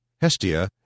Hestia